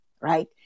right